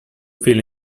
fill